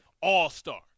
all-star